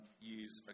years